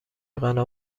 غنا